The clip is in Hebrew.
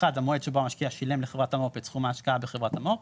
המועד שבו המשקיע שילם לחברת המו"פ את סכום ההשקעה בחברת המו"פ,